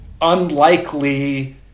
unlikely